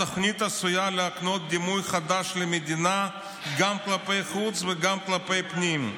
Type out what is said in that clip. התוכנית עשויה להקנות דימוי חדש למדינה גם כלפי חוץ וגם כלפי פנים,